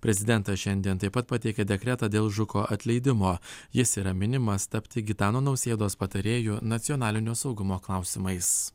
prezidentas šiandien taip pat pateikė dekretą dėl žuko atleidimo jis yra minimas tapti gitano nausėdos patarėju nacionalinio saugumo klausimais